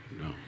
no